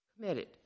committed